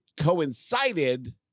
coincided